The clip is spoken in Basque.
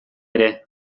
ere